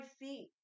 feet